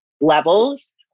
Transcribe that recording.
levels